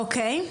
אוקיי.